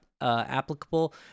applicable